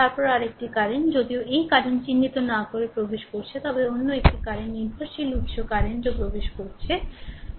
তারপরে আরেকটি কারেন্ট যদিও এই কারেন্ট চিহ্নিত না করে প্রবেশ করছে তবে অন্য একটি কারেন্ট নির্ভরশীল উত্স কারেন্ট ও প্রবেশ করছে